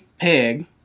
pig